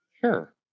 Sure